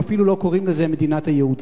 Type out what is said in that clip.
הם אפילו לא קוראים לזה מדינת היהודים.